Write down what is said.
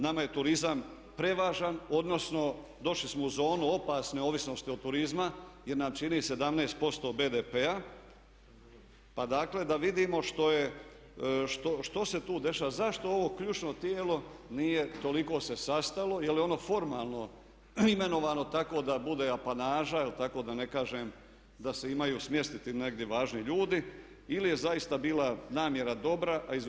Nama je turizam prevažan, odnosno došli smo u zonu opasne ovisnosti od turizma, jer nam čini 17% BDP-a, pa dakle da vidimo što je, što se tu dešava, zašto ovo ključno tijelo nije toliko se sastalo jer je ono formalno imenovano tako da bude apanaža ili tako da ne kažem da se imaju smjestiti negdje važni ljudi ili je zaista bila namjera dobra, a izvršenje nikakvo.